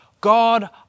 God